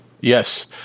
Yes